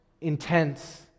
intense